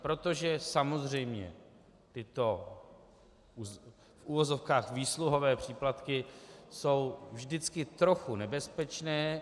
Protože samozřejmě tyto, v uvozovkách, výsluhové příplatky jsou vždycky trochu nebezpečné.